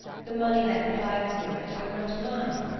the money that provides for it, are not mine.